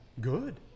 good